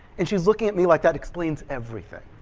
and she looks at me like that explains everything!